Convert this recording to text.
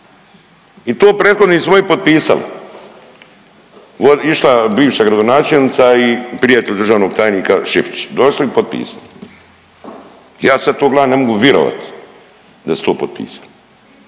razumije./… svoje potpisalo. Išla bivša gradonačelnica i prijatelj državnog tajnika Šipić, došli i potpisalo. Ja sad to gledam ne mogu virovati da su to potpisali.